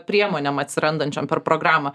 priemonėm atsirandančiom per programą